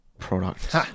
product